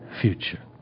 future